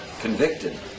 Convicted